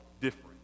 different